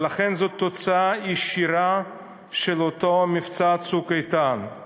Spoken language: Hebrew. לכן, זאת תוצאה ישירה של אותו מבצע "צוק איתן";